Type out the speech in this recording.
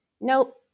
nope